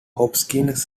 hopkins